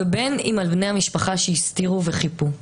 ובין אם על בני המשפחה שהסתירו וחיפו.